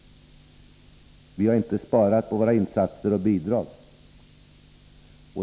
Vi har inte sparat på våra insatser och bidrag.